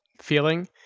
feeling